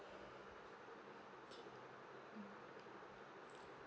K mm